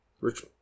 Rich